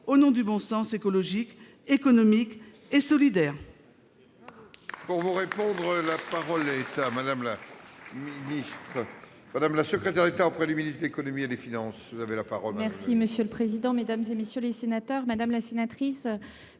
au nom du bon sens écologique, économique et solidaire